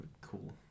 cool